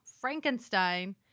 Frankenstein